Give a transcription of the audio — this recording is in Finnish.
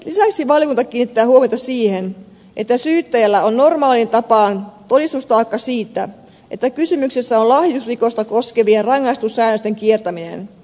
lisäksi valiokunta kiinnittää huomiota siihen että syyttäjällä on normaaliin tapaan todistustaakka siitä että kysymyksessä on lahjusrikosta koskevien rangaistussäännösten kiertäminen